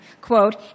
Quote